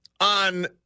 on